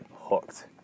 hooked